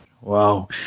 Wow